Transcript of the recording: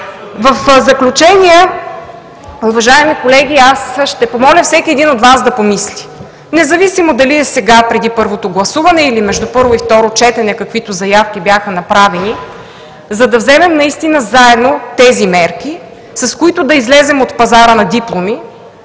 В заключение, уважаеми колеги, аз ще помоля всеки един от Вас да помисли, независимо дали е сега, преди първото гласуване, или между първо и второ четене, каквито заявки бяха направени, за да вземем наистина заедно тези мерки, с които да излезем от пазара на дипломи